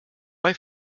bei